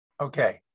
okay